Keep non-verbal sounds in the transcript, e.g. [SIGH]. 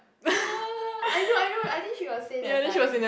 [NOISE] I know I know I think she got say that time